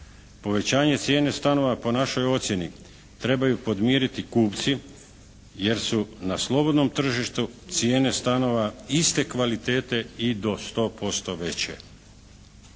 Povećanje cijene stanova po našoj ocjeni trebaju podmiriti kupci jer su na slobodnom tržištu cijene stanova iste kvalitete i do 100% veće.